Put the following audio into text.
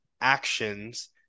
actions